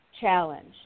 challenge